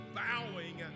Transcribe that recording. bowing